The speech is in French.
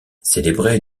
célébrée